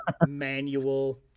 manual